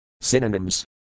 Synonyms